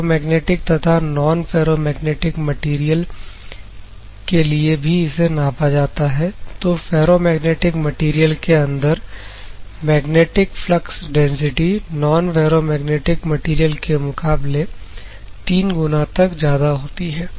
ferromagnetic तथा non ferromagnetic materials के लिए भी इसे नापा जाता है तो फेरोमैग्नेटिक मटेरियल के अंदर magnetic flux density non ferromagnetic material के मुकाबले 3 गुना तक ज्यादा होती है